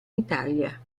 italia